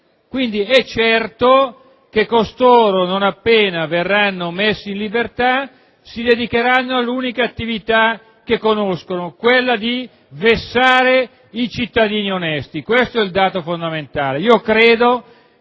È certo che costoro, non appena verranno messi in libertà, si dedicheranno all'unica attività che conoscono: quella di vessare i cittadini onesti. Questo è il dato fondamentale.